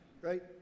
right